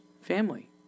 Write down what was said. family